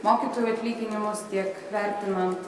mokytojų atlyginimus tiek vertinant